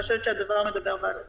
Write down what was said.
אני חושבת שהדבר מדבר בעד עצמו.